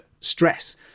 stress